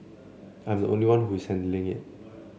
I am the only one who is handling it